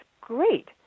great